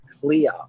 clear